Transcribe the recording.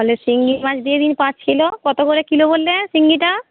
তাহলে শিঙ্গি মাছ দিয়ে দিন পাঁচ কিলো কত করে কিলো বললে শিঙ্গিটা